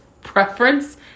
preference